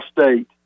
State